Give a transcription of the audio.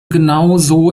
genauso